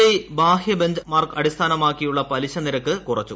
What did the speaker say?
I ബാഹ്യ benchmark അടിസ്ഥാന്റ്മാക്കിയുള്ള പലിശ നിരക്ക് കുറച്ചു